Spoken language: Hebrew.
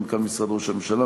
מנכ"ל משרד ראש הממשלה,